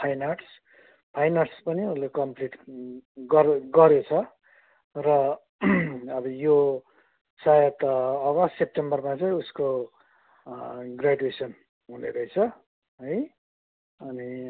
fine arts fine arts पनि उसले complete गऱ्यो गरेछ र अब यो सायद अगस्त सेप्टेम्बरमा चाहिँ उसको ग्र्याजुएसन हुने रहेछ है अनि